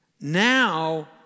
Now